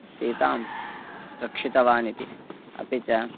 सीतां रक्षितवानिति अपि च